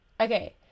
Okay